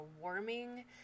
warming